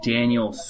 Daniel